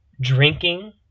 drinking